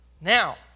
Now